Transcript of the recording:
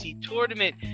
tournament